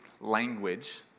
language